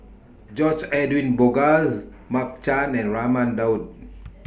George Edwin Bogaars Mark Chan and Raman Daud